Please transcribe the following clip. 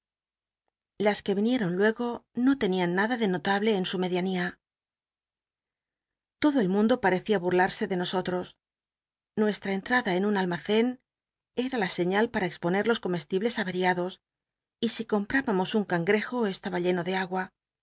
las c uc vinieron luego no tenían nada de notable en sn medianía todo el mundo patccia budase de nosotros nuestra cnlmda en un almaccn era la sciíal para exponer los comestibl es mcriados y si com mibamos lid cangcjo estaba lleno de agua